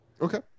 Okay